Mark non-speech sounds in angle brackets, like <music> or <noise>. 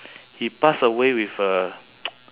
he passed away with a <noise>